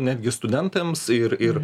netgi studentams ir ir